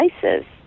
places